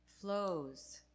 flows